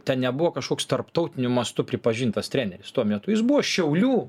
ten nebuvo kažkoks tarptautiniu mastu pripažintas treneris tuo metu jis buvo šiaulių